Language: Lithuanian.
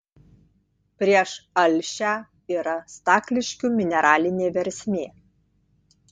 prieš alšią yra stakliškių mineralinė versmė